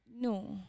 No